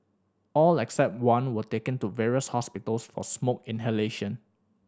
all except one were taken to various hospitals for smoke inhalation